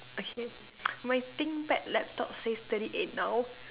okay my Think Pad laptop says thirty eight now